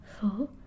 four